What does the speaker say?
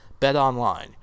BetOnline